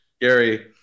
Gary